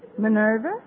Minerva